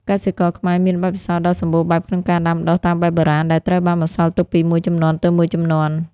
កសិករខ្មែរមានបទពិសោធន៍ដ៏សម្បូរបែបក្នុងការដាំដុះតាមបែបបុរាណ ដែលត្រូវបានបន្សល់ទុកពីមួយជំនាន់ទៅមួយជំនាន់។